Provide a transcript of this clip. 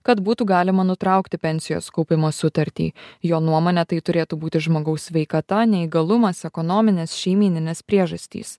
kad būtų galima nutraukti pensijos kaupimo sutartį jo nuomone tai turėtų būti žmogaus sveikata neįgalumas ekonominės šeimyninės priežastys